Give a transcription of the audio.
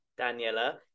Daniela